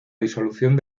disolución